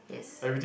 yes